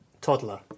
toddler